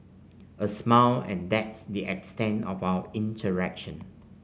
a smile and that's the extent of our interaction